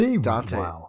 Dante